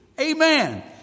Amen